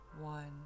one